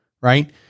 Right